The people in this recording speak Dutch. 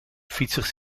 fietsers